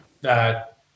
that-